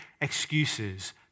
excuses